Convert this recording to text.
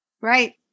Right